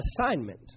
assignment